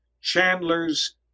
Chandler's